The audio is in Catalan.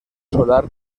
solar